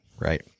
right